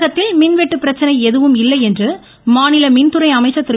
தமிழகத்தில் மின்வெட்டு பிரச்சனை எதுவும் இல்லை என்று மாநில மின்துறை அமைச்சர் திரு